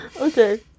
Okay